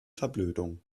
verblödung